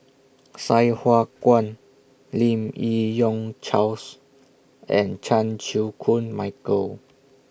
Sai Hua Kuan Lim Yi Yong Charles and Chan Chew Koon Michael